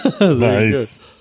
Nice